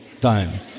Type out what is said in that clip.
time